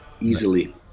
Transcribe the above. easily